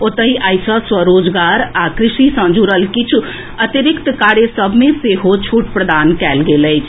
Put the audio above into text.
ओतहि आइ सँ स्वरोजगार आ कृषि सँ जुड़ल किछु अतिरिक्त कार्य सभ मे सेहो छूट प्रदान कएल गेल अछि